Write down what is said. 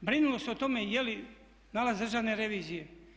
Brinulo se o tome je li nalaz državne revizije?